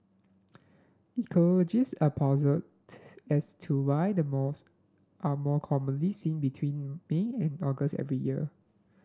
ecologist are puzzled as to why the moths are more commonly seen between May and August every year